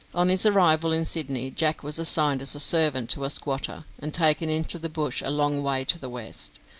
on his arrival n sydney, jack was assigned as a servant to a squatter, and taken into the bush a long way to the west.